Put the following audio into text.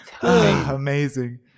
Amazing